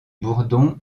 bourdon